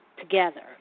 together